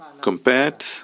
compared